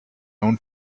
own